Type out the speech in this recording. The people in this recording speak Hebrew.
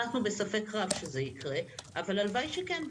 אנחנו בספק רב שזה יקרה, אבל הלוואי שכן.